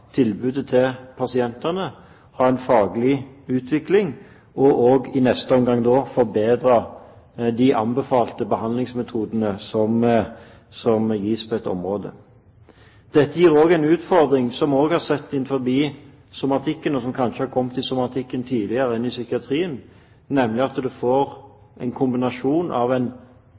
tilbudet til pasientene, ha en faglig utvikling, og også i neste omgang forbedre de anbefalte behandlingsmetodene som gis på et område. Dette gir en utfordring som vi også har sett innenfor somatikken, og som kanskje har kommet tidligere i somatikken enn i psykiatrien, nemlig at man får en kombinasjon av en